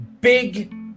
big